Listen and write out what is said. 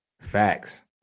Facts